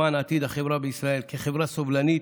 למען עתיד החברה בישראל כחברה סובלנית,